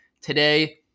Today